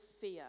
fear